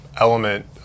element